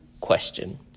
question